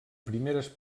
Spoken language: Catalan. primeres